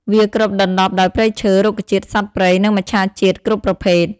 វាគ្របដណ្តប់ដោយព្រៃឈើ រុក្ខជាតិ សត្វព្រៃ និងមច្ឆជាតិគ្រប់ប្រភេទ។